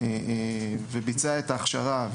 וביצע את ההכשרה,